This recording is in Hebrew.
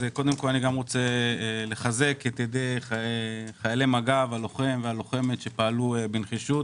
אני מחזק את ידי לוחמי מג"ב הלוחם והלוחמת שפעלו בנחישות,